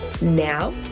Now